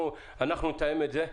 אנחנו נתאם את זה.